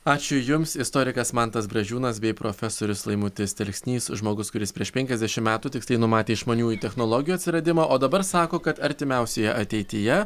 ačiū jums istorikas mantas bražiūnas bei profesorius laimutis telksnys žmogus kuris prieš penkiasdešimt metų tiksliai numatė išmaniųjų technologijų atsiradimą o dabar sako kad artimiausioje ateityje